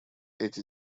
эти